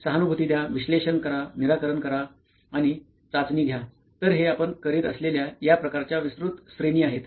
सहानुभूती द्या विश्लेषण करा निराकरण करा आणि चाचणी घ्या तर हे आपण करीत असलेल्या या प्रकारच्या विस्तृत श्रेणी आहेत